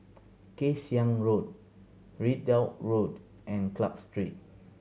Kay Siang Road Ridout Road and Clarke Street